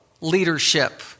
leadership